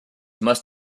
must